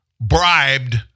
bribed